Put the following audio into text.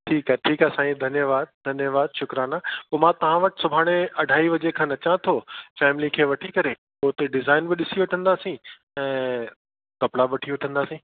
ठीकु आहे ठीकु आहे साईं धन्यवादु धन्यवादु शुक्रराना पोइ मां तव्हां वटि सुभाणे अढाई बजे खनि अचां थो फैमिली खे वठी करे पोइ उते डिज़ाइन बि ॾिसी वठंदासीं ऐं कपिड़ा बि वठी वठंदासीं